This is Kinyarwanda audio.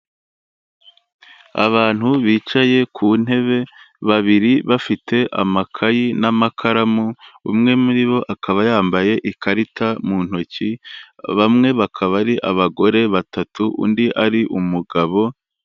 Abantu bicaye ku ntebe, babiri bafite amakayi n'amakaramu, umwe muri bo akaba yambaye ikarita mu ntoki, bamwe bakaba ari abagore batatu undi ari umugabo.